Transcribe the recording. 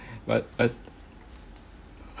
but but